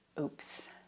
Oops